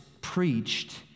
preached